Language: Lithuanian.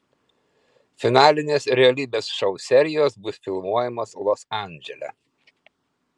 finalinės realybės šou serijos bus filmuojamos los andžele